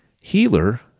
healer